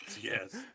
Yes